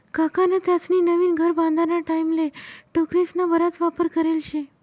काकान त्यास्नी नवीन घर बांधाना टाईमले टोकरेस्ना बराच वापर करेल शे